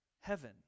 Heaven